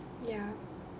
ya